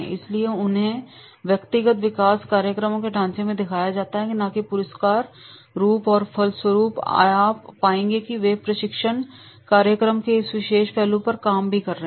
इसलिए उन्हें व्यक्तिगत विकास कार्यक्रमों के ढांचे में दिखाया जाता है न कि पुरस्कार के रूप में और जिसके फलस्वरूप आप पाएंगे कि वे प्रशिक्षण कार्यक्रम के इस विशेष पहलू पर काम कर रहे हैं